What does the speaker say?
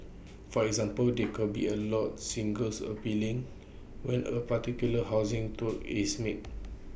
for example they could be A lot singles appealing when A particular housing tweak is made